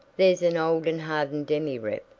there's and old and hardened demi-rep,